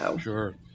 Sure